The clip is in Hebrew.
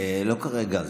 לא כרגע.